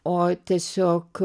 o tiesiog